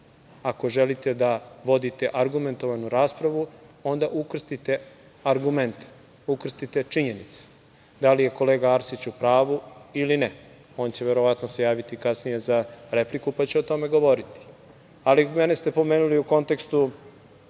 Ako želite da vodite argumentovanu raspravu onda ukrstite argument, ukrstite činjenice. Da li je kolega Arsić u pravu ili ne, on će verovatno se javiti kasnije za repliku, pa će o tome govorite, ali mene ste pomenuli u kontekstu